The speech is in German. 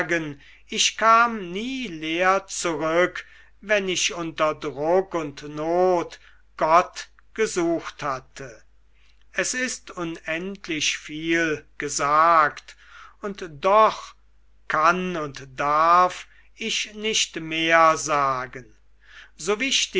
ich kam nie leer zurück wenn ich unter druck und not gott gesucht hatte es ist unendlich viel gesagt und doch kann und darf ich nicht mehr sagen so